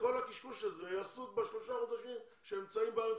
כל הקשקוש הזה יעשו בשלושת החודשים כשהם בארץ.